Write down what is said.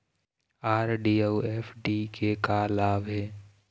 RD अऊ FD के का लाभ हे?